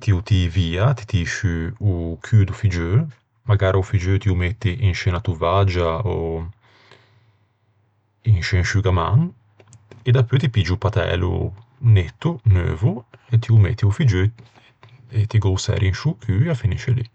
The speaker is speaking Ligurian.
ti ô tii via, ti tii sciù o cû do figgeu. Magara o figgeu ti ô metti in sce unna tovaggia ò in sce un sciugaman. E dapeu ti piggi o pattælo netto, neuvo, e ti ô metti a-o figgeu. E ti gh'ô særi in sciô cheu e a finisce lì.